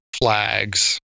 flags